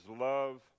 love